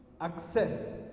access